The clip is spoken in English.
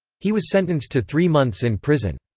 he was sentenced to three months in prison.